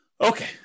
Okay